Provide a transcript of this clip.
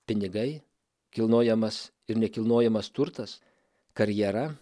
pinigai kilnojamas ir nekilnojamas turtas karjera